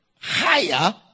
higher